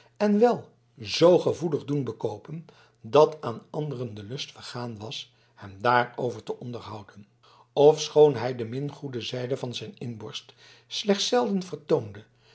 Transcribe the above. en wel zoo gevoelig doen bekoopen dat aan anderen de lust vergaan was hem daarover te onderhouden ofschoon hij de min goede zijde van zijn inborst slechts zelden vertoonde